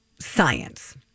science